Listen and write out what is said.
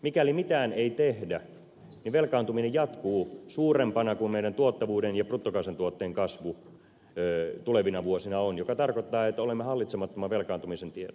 mikäli mitään ei tehdä niin velkaantuminen jatkuu suurempana kuin meidän tuottavuuden ja bruttokansantuotteen kasvu tulevina vuosina on mikä tarkoittaa että olemme hallitsemattoman velkaantumisen tiellä